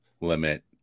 limit